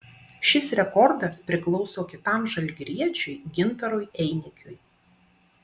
šis rekordas priklauso kitam žalgiriečiui gintarui einikiui